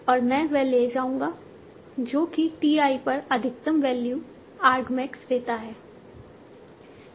और मैं वह ले जाऊंगा जो कि t i पर अधिकतम वैल्यू argmax देता है